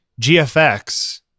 GFX